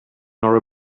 nor